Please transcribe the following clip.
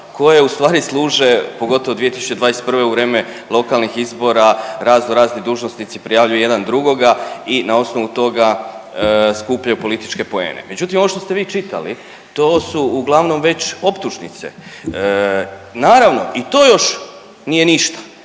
koje ustvari služe pogotovo 2021. u vrijeme lokalnih izbora razno razni dužnosnici prijavljuju jedan drugoga i na osnovu toga skupljaju političke poene. Međutim, ovo što ste vi čitali to su uglavnom već optužnice. Naravno i to još nije ništa